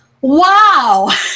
Wow